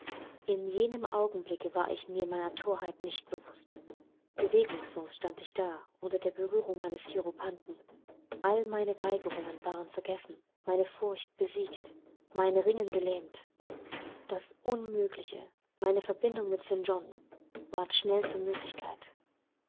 in jenem augenblicke war ich mir meiner thorheit nicht bewußt bewegungslos stand ich da unter der berührung meines hierophanten all meine weigerungen waren vergessen meine furcht besiegt mein ringen gelähmt das unmögliche meine verbindung mit st john ward schnell zur